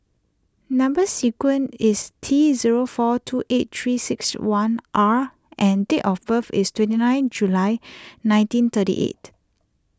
Number Sequence is T zero four two eight three six one R and date of birth is twenty nine July nineteen thirty eight